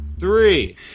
Three